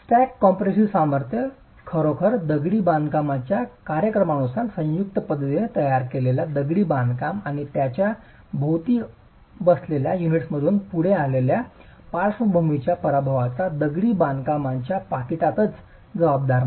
तर stack compressive सामर्थ्य खरोखरच दगडी बांधकामाच्या कार्यक्रमानुसार संयुक्त पद्धतीने तयार केलेला दगडी बांधकाम आणि त्याच्या भोवती बसलेल्या युनिटमधून पुढे आलेल्या पार्श्वभूमीच्या प्रभावांना दगडी बांधकामाच्या पाकीटातच जबाबदार नाही